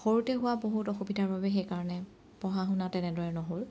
সৰুতে হোৱা বহুত অসুবিধাৰ বাবে সেইকাৰণে পঢ়া শুনা তেনেদৰে নহ'ল